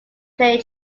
play